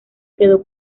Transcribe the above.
quedó